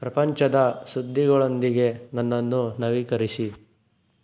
ಪ್ರಪಂಚದ ಸುದ್ದಿಗಳೊಂದಿಗೆ ನನ್ನನ್ನು ನವೀಕರಿಸಿ